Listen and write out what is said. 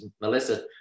Melissa